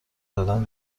دادن